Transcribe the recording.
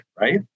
right